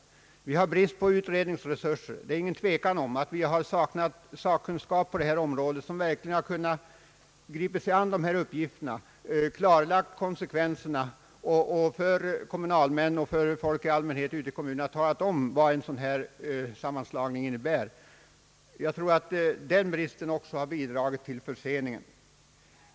Vi har brist på utredningsresurser. Det är ingen tvekan om att vi har saknat sakkunskap på detta område för att gripa sig an med dessa uppgifter, klarlägga konsekvenserna och för kommunalmännen och folk i allmänhet ute i kommunerna tala om vad en sammanslagning innebär. Den bristen har också bidragit till förseningen.